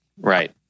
Right